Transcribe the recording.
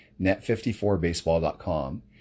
net54baseball.com